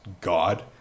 God